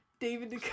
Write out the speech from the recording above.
David